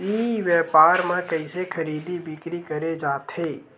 ई व्यापार म कइसे खरीदी बिक्री करे जाथे?